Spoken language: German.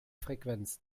frequenz